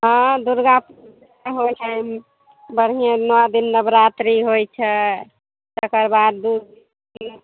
हँ दुर्गा पूजा होइ छै बढ़िएँ नओ दिन नबरात्रि होइ छै तकर बाद दू